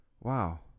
wow